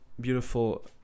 Beautiful